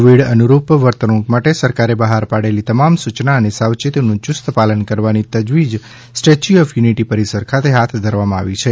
Covid અનુરૂપ વર્તણૂક માટે સરકારે બહાર પાડેલી તમામ સૂયના અને સાવચેતીનું યુસ્ત પાલન કરવાની તજવીજ સ્ટેચ્યું ઓફ યુનિટી પરિસર ખાતે હાથ ધરવામાં આવી છે